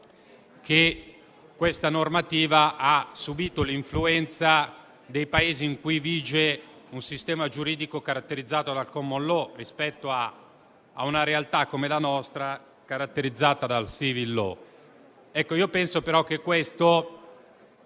che questa normativa ha subito l'influenza dei Paesi in cui vige un sistema giuridico caratterizzato dalla *common law* rispetto a realtà come la nostra caratterizzate dalla *civil law*.